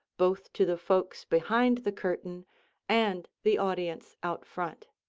both to the folks behind the curtain and the audience out front.